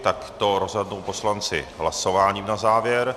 Tak to rozhodnou poslanci hlasováním na závěr.